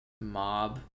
mob